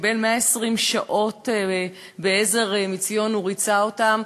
קיבל 120 שעות ב"עזר מציון" הוא ריצה אותן,